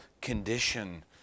condition